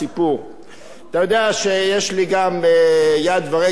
אתה יודע שיש לי גם יד ורגל בסוכנות היהודית.